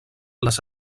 les